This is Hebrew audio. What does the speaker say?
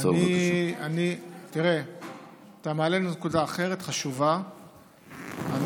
שאילתה דחופה של חבר הכנסת אלי